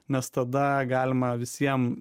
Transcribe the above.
nes tada galima visiem